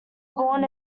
born